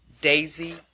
Daisy